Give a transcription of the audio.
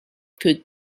could